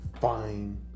fine